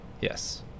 Yes